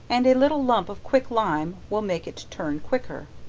and a little lump of quick lime will make it turn quicker.